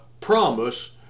promise